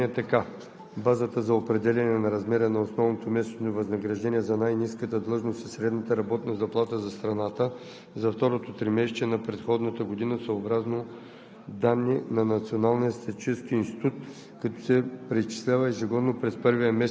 чл. 177, ал. 2 се правят следните изменения: 1. Уводният текст се изменя така: „Базата за определяне на размера на основното месечно възнаграждение за най-ниската длъжност е средната работна заплата за страната за второто тримесечие на предходната година, съобразно